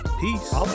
Peace